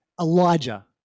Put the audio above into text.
Elijah